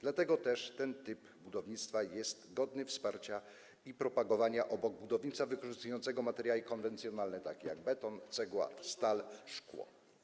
Dlatego też ten typ budownictwa jest godny wsparcia i propagowania obok budownictwa wykorzystującego materiały konwencjonalne, takie jak beton, cegła, stal i szkło.